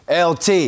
LT